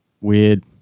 weird